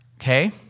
Okay